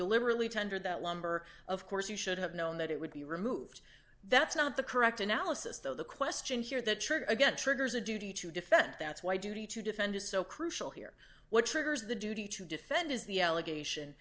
deliberately tendered that lumber of course you should have known that it would be removed that's not the correct analysis though the question here the church again triggers a duty to defend that's why duty to defend is so crucial here what triggers the duty to defend is the allegation